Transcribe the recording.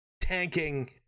tanking